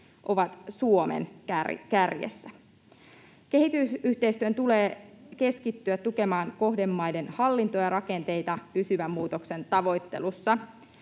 ovat Suomen kärjessä. Kehitysyhteistyön tulee keskittyä tukemaan kohdemaiden hallintoa ja rakenteita pysyvän muutoksen tavoittelussa.